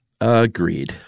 Agreed